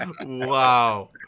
Wow